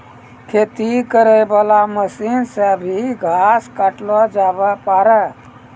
खेती करै वाला मशीन से भी घास काटलो जावै पाड़ै